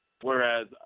whereas